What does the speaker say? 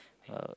uh